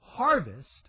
harvest